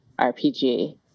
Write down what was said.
RPG